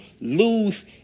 lose